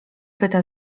pyta